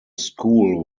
school